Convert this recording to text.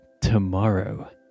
tomorrow